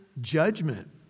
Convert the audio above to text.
judgment